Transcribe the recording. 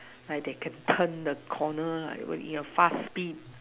like they can turn the corner in the fast speed